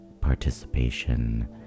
participation